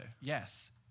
Yes